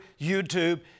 YouTube